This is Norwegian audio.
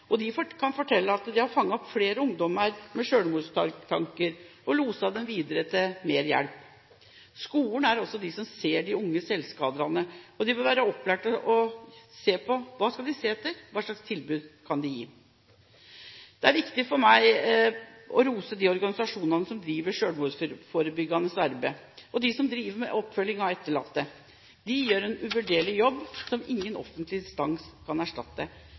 og de kan fortelle at de har fanget opp flere ungdommer med selvmordstanker og loset dem videre til mer hjelp. Skolen er også et sted hvor man ser de unge selvskaderne, og her bør de ansatte være opplært til å vite hva de skal se etter, og hva slags tilbud de kan gi. Det er viktig for meg å rose de organisasjonene som driver selvmordsforebyggende arbeid og de som driver med oppfølging av etterlatte. De gjør en uvurderlig jobb, som ingen offentlig instans kan erstatte.